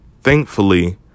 Thankfully